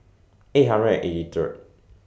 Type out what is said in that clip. eight hundred and eighty Third